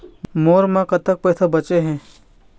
मोर म कतक पैसा बचे हे?